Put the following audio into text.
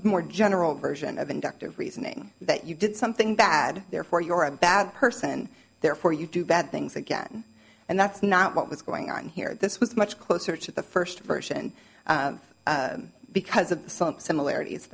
more general version of inductive reasoning that you did something bad therefore your a bad person therefore you do bad things again and that's not what was going on here this was much closer to the first version because of some similarities t